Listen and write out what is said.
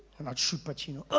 and i'd shoot patchino.